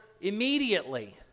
immediately